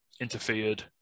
interfered